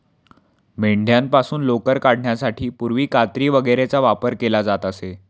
मेंढ्यांपासून लोकर काढण्यासाठी पूर्वी कात्री वगैरेचा वापर केला जात असे